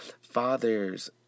fathers